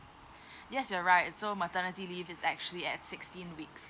yes you're right so maternity leave is actually at sixteen weeks